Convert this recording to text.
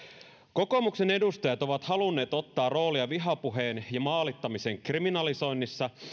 kokoomuksen edustajat ovat halunneet ottaa roolia vihapuheen ja maalittamisen kriminalisoinnissa